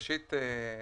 ראשית,